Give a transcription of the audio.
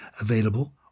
available